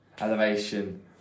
Elevation